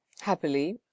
happily